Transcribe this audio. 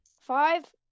five